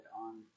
on